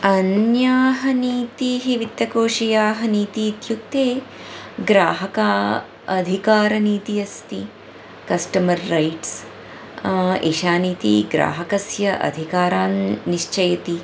अन्याः नीतिः वित्तकोषियाः नीतिः इत्युक्ते ग्राहका अधिकारनीति अस्ति कस्टमर् रैट्स् एषा नीतिः ग्राहकस्य अधिकारान् निश्चयति